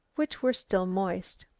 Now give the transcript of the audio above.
which were still moist.